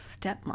stepmom